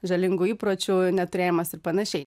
žalingų įpročių neturėjimas ir panašiai